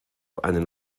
einen